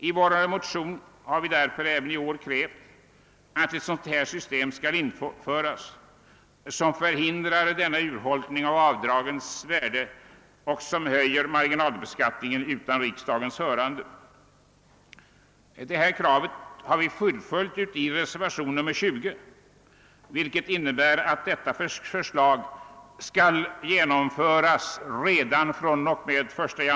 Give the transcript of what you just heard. I vår partimotion har vi därför även i år krävt införande av ett system som förhindrar en urholkning av avdragens värde och som inte höjer marginalbeskattningen utan riksdagens hörande, Detta krav har vi fullföljt i reservationen 20, där vi krävt att vårt förslag skall genomföras redan fr.o.m. nästa år.